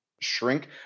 shrink